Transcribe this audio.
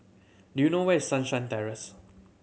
do you know where is Sunshine Terrace